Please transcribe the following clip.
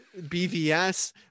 bvs